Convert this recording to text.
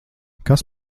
kas